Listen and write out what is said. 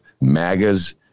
MAGA's